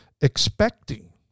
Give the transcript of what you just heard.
expecting